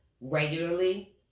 regularly